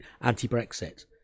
anti-Brexit